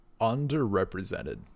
underrepresented